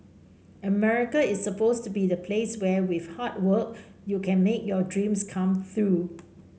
America is supposed to be the place where with hard work you can make your dreams come through